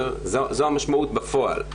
זו המשמעות בפועל,